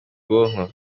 bwonko